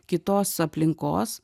kitos aplinkos